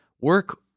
Work